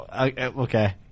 Okay